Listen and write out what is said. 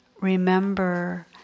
remember